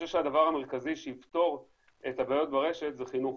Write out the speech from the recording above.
הדבר המרכזי שיפתור את הבעיות ברשת זה חינוך,